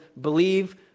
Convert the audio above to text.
believe